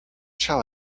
shall